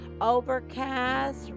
Overcast